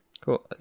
Cool